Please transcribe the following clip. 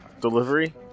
delivery